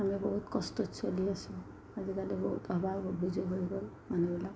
আমি বহুত কষ্টত চলি আছোঁ আজিকালি বহুত অভাৱ অভিযোগ হৈ গ'ল মানুহবিলাকৰ